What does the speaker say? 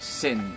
sin